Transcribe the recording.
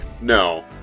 No